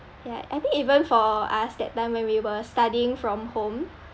yeah I think even for us that time when we were studying from home